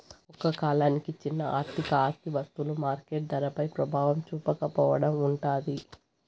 ఒక కాలానికి చిన్న ఆర్థిక ఆస్తి వస్తువులు మార్కెట్ ధరపై ప్రభావం చూపకపోవడం ఉంటాది